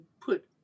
put